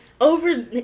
Over